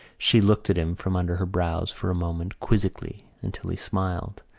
she looked at him from under her brows for a moment quizzically until he smiled.